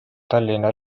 tallinna